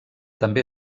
també